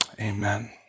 Amen